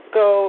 go